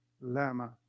lama